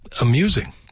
amusing